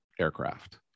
aircraft